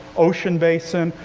ocean basin.